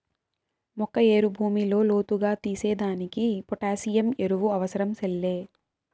మొక్క ఏరు భూమిలో లోతుగా తీసేదానికి పొటాసియం ఎరువు అవసరం సెల్లే